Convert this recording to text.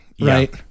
Right